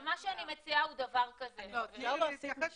מה שאני מציעה הוא דבר כזה --- אפשר להוסיף משפט?